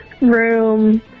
room